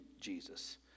Jesus